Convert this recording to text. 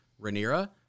Rhaenyra